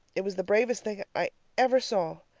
it was the bravest thing i ever saw,